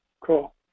Cool